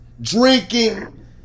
drinking